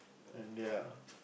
and ya